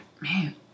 man